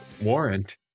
Warrant